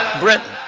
britain,